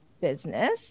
business